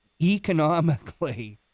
economically